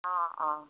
অঁ অঁ